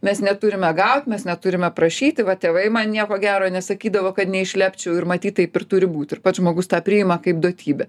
mes neturime gaut mes neturime prašyti va tėvai man nieko gero nesakydavo kad neišlepčiau ir matyt taip ir turi būt ir pats žmogus tą priima kaip duotybę